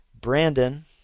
Brandon